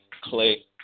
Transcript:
Clay